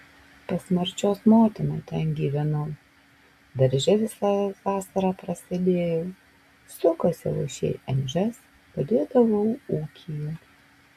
pas marčios motiną ten gyvenau darže visą vasarą prasėdėjau sukasiau jai ežias padėdavau ūkyje